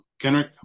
Kenrick